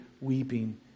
weeping